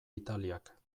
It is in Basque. italiak